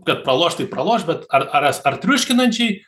kad praloš tai praloš bet ar ar as ar triuškinančiai